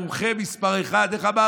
המומחה מספר אחת?